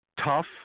tough